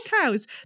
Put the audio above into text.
cows